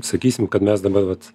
sakysim kad mes dabar vat